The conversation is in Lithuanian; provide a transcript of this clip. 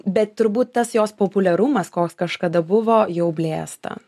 bet turbūt tas jos populiarumas koks kažkada buvo jau blėsta